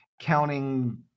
counting